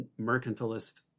mercantilist